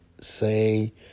say